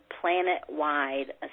planet-wide